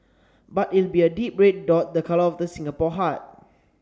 but it will be a deep red dot the colour of the Singapore heart